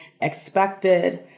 expected